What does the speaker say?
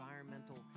environmental